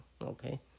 Okay